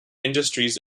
industries